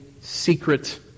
secret